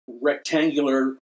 rectangular